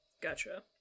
Gotcha